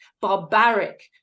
barbaric